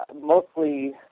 Mostly